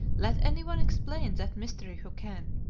let any one explain that mystery who can.